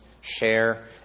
share